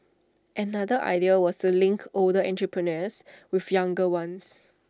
another idea was to link older entrepreneurs with younger ones